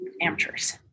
amateurs